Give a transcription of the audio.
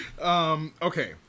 Okay